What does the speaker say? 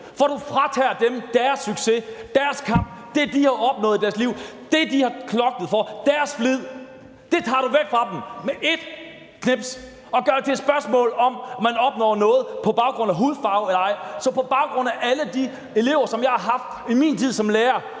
For du fratager dem deres succes, deres kamp, det, de har opnået i deres liv, det, de har knoklet for, deres flid. Det tager du væk fra dem med ét knips og gør det til et spørgsmål om, om man opnår noget på baggrund af hudfarve eller ej. Så på baggrund af alle de elever, som jeg har haft i min tid som lærer,